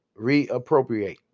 Reappropriate